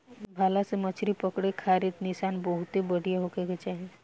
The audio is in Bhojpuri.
भाला से मछरी पकड़े खारित निशाना बहुते बढ़िया होखे के चाही